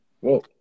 Whoa